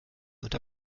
unter